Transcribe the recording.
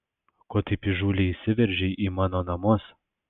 ko taip įžūliai įsiveržei į mano namus